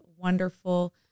wonderful